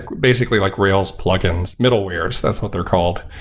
basically, like rails plugins, middleware's. that's what they're called.